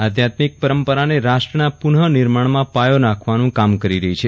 આધ્યત્મિક પરંપરાને રાષ્ટ્રના પુન નિર્માણમાં પાયો નાખવાનું કામ કરી રહી છે